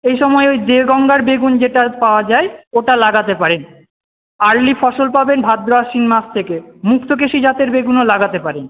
এই সময় ওই দেগঙ্গার বেগুন যেটা পাওয়া যায় ওটা লাগাতে পারেন আর্লি ফসল পাবেন ভাদ্র আশ্বিন মাস থেকে মুক্তকেশী জাতের বেগুনও লাগাতে পারেন